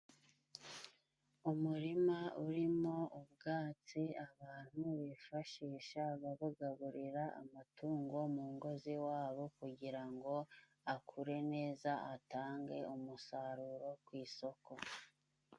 Umurima urimo ubwatsi abantu bifashisha babugaburira amatungo mu ngo z'iwabo, kugira ngo akure neza atange umusaruro ku isoko.